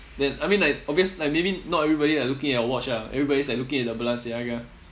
than I mean like obvious~ like maybe not everybody are looking at your watch ah everybody is like looking at the balenciaga